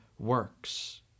works